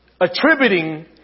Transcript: attributing